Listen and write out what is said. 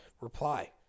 Reply